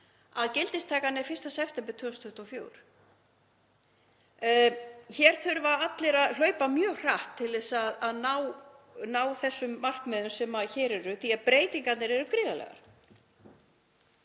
en gildistakan er 1. september 2024. Hér þurfa allir að hlaupa mjög hratt til að ná þessum markmiðum sem hér eru því að breytingarnar eru gríðarlegar.